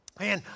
man